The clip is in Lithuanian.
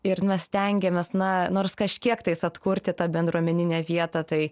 ir mes stengiamės na nors kažkiek tais atkurti tą bendruomeninę vietą tai